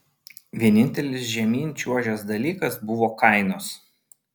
vienintelis žemyn čiuožęs dalykas buvo kainos